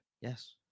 Yes